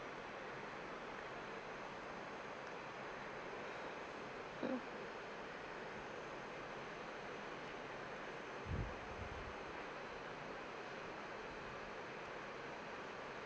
mm